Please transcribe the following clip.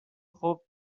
خوب